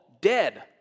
dead